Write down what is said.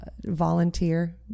volunteer